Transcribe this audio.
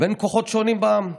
בין כוחות שונים בעם,